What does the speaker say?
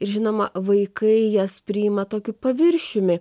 ir žinoma vaikai jas priima tokiu paviršiumi